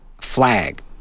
flag